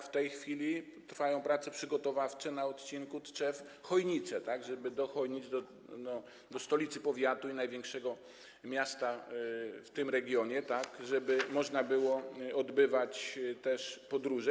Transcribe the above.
W tej chwili trwają prace przygotowawcze na odcinku Tczew - Chojnice, żeby do Chojnic, do stolicy powiatu, do największego miasta w tym regionie, też można było odbywać podróże.